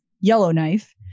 Yellowknife